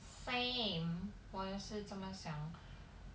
so anyway 我也是这么想